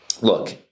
look